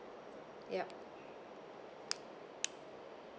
yup